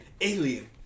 Alien